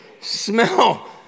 Smell